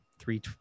three